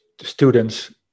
students